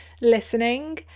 listening